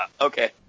okay